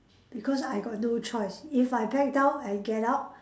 because I got no choice because if I back down and get out